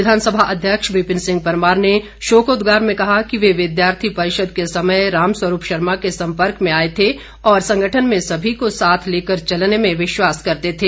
विधानसभा अध्यक्ष विपिन सिंह परमार ने शोकोदगार में कहा कि वे विद्यार्थी परिषद के समय राम स्वरूप शर्मा के संपर्क में आए थे और संगठन में सभी को साथ लेकर चलने में विश्वास करते थे